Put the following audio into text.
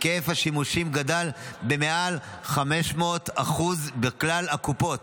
היקף השימושים גדל במעל 500% בכלל הקופות.